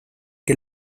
que